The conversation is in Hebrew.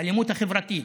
האלימות החברתית,